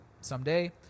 someday